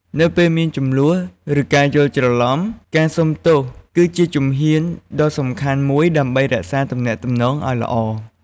នៅពេលមានជម្លោះ ឬការយល់ច្រឡំ ការសូមទោសគឺជាជំហានដ៏សំខាន់មួយដើម្បីរក្សាទំនាក់ទំនងឱ្យល្អ។